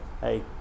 hey